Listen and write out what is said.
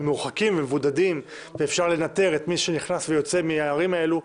מרוחקים ומבודדים ואפשר לנטר את מי שנכנס ויוצא מהערים האלה.